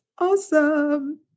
Awesome